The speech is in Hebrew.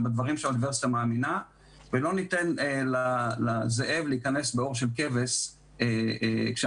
ולא ניתן לזאב להיכנס בעור של כבש כשאנחנו